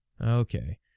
Okay